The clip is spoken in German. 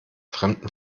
fremden